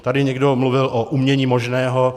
Tady někdo mluvil o umění možného.